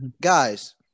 guys